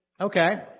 Okay